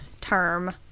term